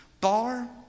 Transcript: Bar